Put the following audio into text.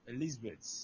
Elizabeth